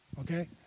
Okay